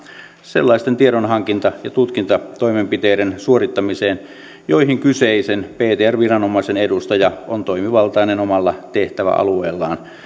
sellaisten tiedonhankinta ja tutkintatoimenpiteiden suorittamiseen joihin kyseisen ptr viranomaisen edustaja on toimivaltainen omalla tehtäväalueellaan